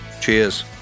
Cheers